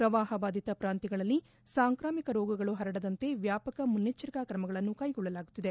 ಪ್ರವಾಪ ಬಾಧಿತ ಪ್ರಾಂತ್ಯಗಳಲ್ಲಿ ಸಾಂಕಾಮಿಕ ರೋಗಗಳು ಪರಡದಂತೆ ವ್ಯಾಪಕ ಮುನ್ನೆಚ್ಚರಿಕಾ ತ್ರಮಗಳನ್ನು ಕೈಗೊಳ್ಳಾಗುತ್ತಿದೆ